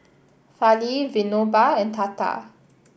Fali Vinoba and Tata